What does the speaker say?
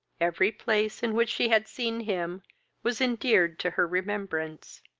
every place in which she had seen him was endeared to her remembrance.